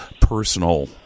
personal